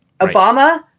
Obama